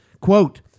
Quote